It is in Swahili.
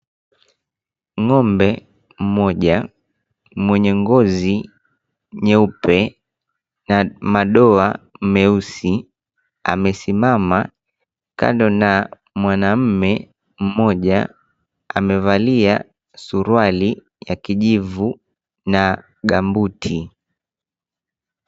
Ng'ombe mmoja mwenye ngozi nyeupe na madoa meusi amesimama kando na mwanaume mmoja, ambaye amevalia suruari ya kijivu na gumboots .